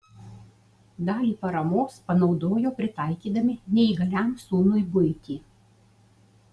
dalį paramos panaudojo pritaikydami neįgaliam sūnui buitį